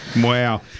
Wow